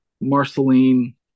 Marceline